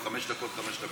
אנחנו חמש דקות, חמש דקות.